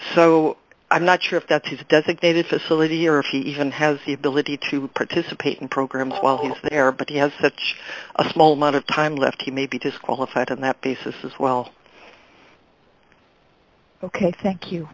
so i'm not sure if that is a designated facility or if he even has the ability to participate in program while there but he has such a small amount of time left he may be disqualified on that basis as well ok thank you